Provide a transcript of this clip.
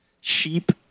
sheep